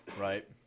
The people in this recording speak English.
Right